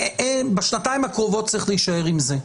שבשנתיים הקרובות צריך להישאר עם זה.